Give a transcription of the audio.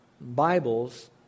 Bibles